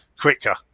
quicker